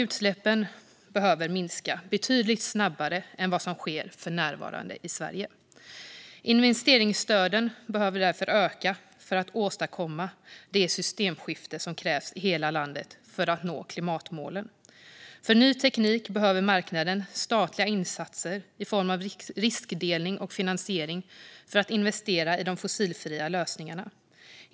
Utsläppen behöver minska betydligt snabbare än vad som för närvarande sker i Sverige. Investeringsstöden behöver öka för att vi ska kunna åstadkomma det systemskifte som krävs i hela landet för att nå klimatmålen. När det gäller ny teknik behöver marknaden statliga insatser i form av riskdelning och finansiering för att investera i de fossilfria lösningarna.